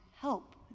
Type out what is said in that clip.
help